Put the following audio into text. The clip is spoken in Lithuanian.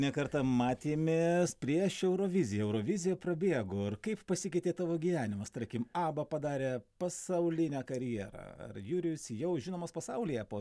ne kartą matėmės prieš euroviziją eurovizija prabėgo ar kaip pasikeitė tavo gyvenimas tarkim aba padarė pasaulinę karjerą ar jurijus jau žinomas pasaulyje po